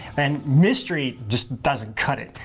and mystery just doesn't cut it,